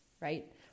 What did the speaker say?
right